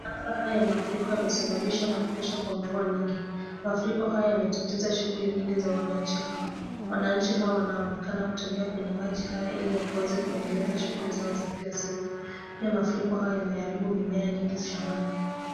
Maafa haya ya mafuriko yamesababishwa na kunyesha kwa mvua nyingi. Mafuriko haya yametatiza shughuli nyingi za wananchi hawa. Wananchi hawa wanaonekana kutembea kwenye maji haya ili wakaweze kuendeleza shughuli zao za kila siku. Pia mafuriko haya yameharibu mimea nyingi shambani.